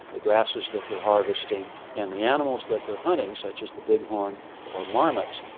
the grasses that they're harvesting and the animals that they're hunting, such as the big-horn or marmots,